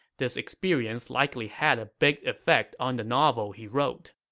this experience likely had a big effect on the novel he wrote.